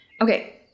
Okay